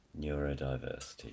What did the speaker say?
Neurodiversity